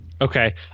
okay